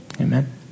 Amen